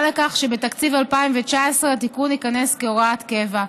לכך שבתקציב 2019 התיקון ייכנס כהוראת קבע.